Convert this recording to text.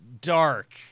dark